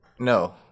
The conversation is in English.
No